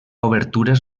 obertures